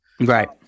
right